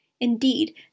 Indeed